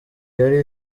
yari